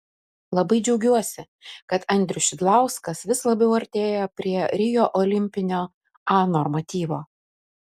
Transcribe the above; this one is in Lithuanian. labai džiaugiuosi kad andrius šidlauskas vis labiau artėja prie rio olimpinio a normatyvo